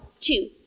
two